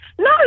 No